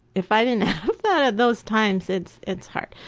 if i didn't have that at those times, it's, it's hard.